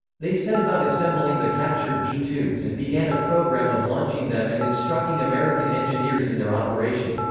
they set about assembling the captured v two s and began a program of launching them and instructing american engineers in their operation.